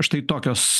štai tokios